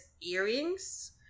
earrings